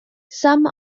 some